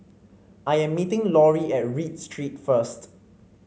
I am meeting Laurie at Read Street first